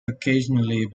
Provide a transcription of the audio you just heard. occasionally